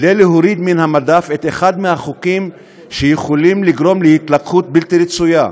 כדי להוריד מן המדף את אחד מהחוקים שיכולים לגרום להתלקחות בלתי רצויה?